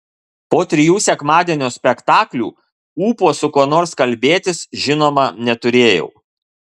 po trijų sekmadienio spektaklių ūpo su kuo nors kalbėtis žinoma neturėjau